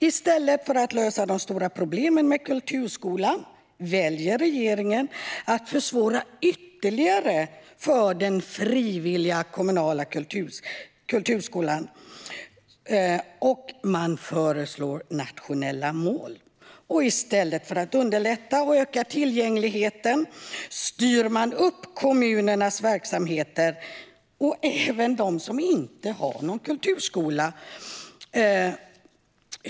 I stället för att lösa de stora problemen med kulturskolan väljer dock regeringen att försvåra ytterligare för den frivilliga kommunala kulturskolan. Man föreslår nationella mål, och i stället för att underlätta och öka tillgängligheten styr man upp kommunernas verksamheter, även för de kommuner som inte har någon kulturskola.